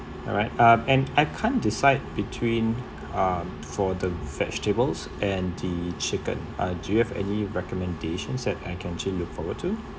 alright uh I can't decide between uh for the vegetables and the chicken uh do you have any recommendation that I can actually look forward to